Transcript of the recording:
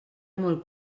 molt